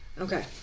Okay